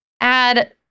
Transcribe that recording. add